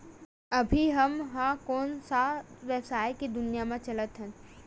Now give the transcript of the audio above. अभी हम ह कोन सा व्यवसाय के दुनिया म चलत हन?